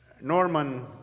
Norman